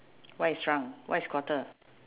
what is shrunk what is quarter